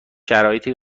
شرایطی